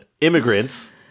immigrants